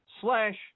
slash